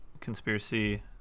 conspiracy